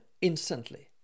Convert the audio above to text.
instantly